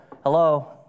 hello